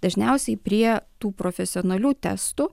dažniausiai prie tų profesionalių testų